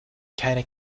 keiner